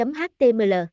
html